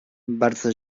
bardzo